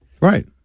Right